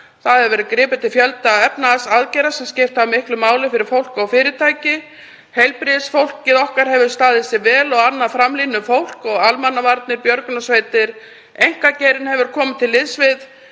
hefur verið til fjölda efnahagsaðgerða sem skipta miklu máli fyrir fólk og fyrirtæki. Heilbrigðisstarfsfólkið okkar hefur staðið sig vel og annað framlínufólk og almannavarnir og björgunarsveitir. Einkageirinn hefur komið til liðs við